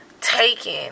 taken